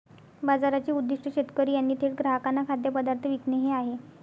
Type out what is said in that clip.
बाजाराचे उद्दीष्ट शेतकरी यांनी थेट ग्राहकांना खाद्यपदार्थ विकणे हे आहे